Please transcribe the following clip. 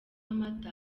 amata